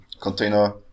container